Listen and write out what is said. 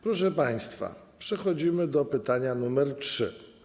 Proszę państwa, przechodzimy do pytania nr 3.